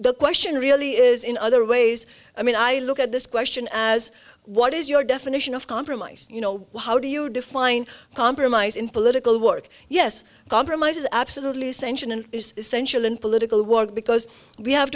the question really is in other ways i mean i look at this question as what is your definition of compromise you know how do you define compromise in political work yes compromise is absolutely essential and essential in political work because we have